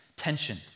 tension